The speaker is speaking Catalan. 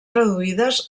reduïdes